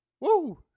Woo